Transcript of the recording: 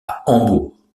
hambourg